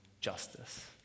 justice